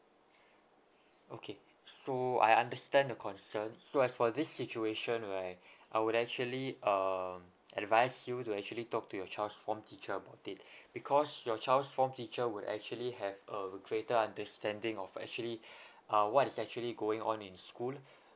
okay so I understand your concern so as for this situation right I would actually um advise you to actually talk to your child's form teacher about it because your child's form teacher would actually have a greater understanding of actually ah what is actually going on in school